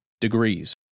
degrees